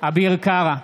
אביר קארה,